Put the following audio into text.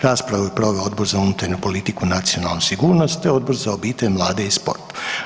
Raspravu je proveo Odbor za unutarnju politiku i nacionalnu sigurnost te Odbor za obitelj, mlade i sport.